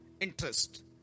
interest